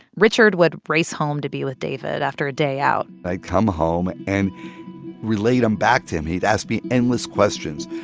richard would race home to be with david after a day out i'd come home and relay them back to him. he'd ask me endless questions.